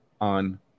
on